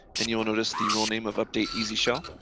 and you'll notice the role name of update easy shell.